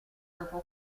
dopo